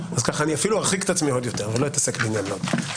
אז ככה אני אפילו ארחיק את עצמי עוד יותר ולא אתעסק בעניין לוד.